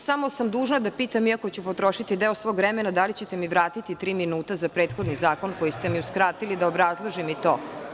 Samo sam dužna da pitam, iako ću potrošiti deo svog vremena, da li ćete mi vratiti tri minuta za prethodni zakon koje ste mi uskratili, da obrazložim i to?